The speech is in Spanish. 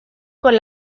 con